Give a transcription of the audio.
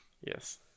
Yes